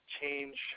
change